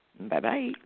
bye-bye